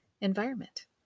environment